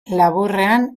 laburrean